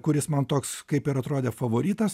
kuris man toks kaip ir atrodė favoritas